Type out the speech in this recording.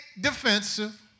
defensive